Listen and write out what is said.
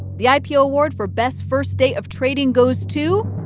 the ipo award for best first day of trading goes to.